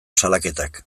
salaketak